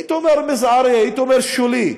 הייתי אומר מזערי, הייתי אומר שולי,